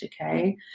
okay